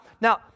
Now